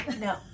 No